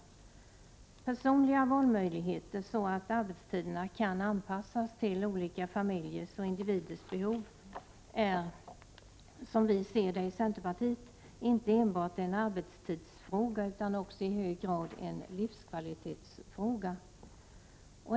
Som vi ser det i centerpartiet är personliga valmöjligheter för att kunna anpassa arbetstiderna till olika familjers och individers behov inte enbart en arbetstidsfråga utan också i hög grad en livskvalitetsfråga.